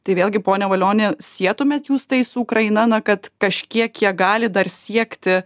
tai vėlgi pone valioni sietumėt jūs tai su ukraina na kad kažkiek jie gali dar siekti